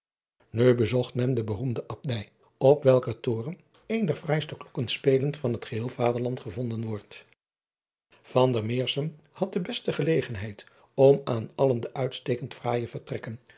u bezocht men de beroemde bdij op welker toren een der fraaiste klokkespelen van het geheel aderland gevonden wordt had de beste gelegenheid om aan allen de uitstekend fraaije vertrekken